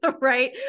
right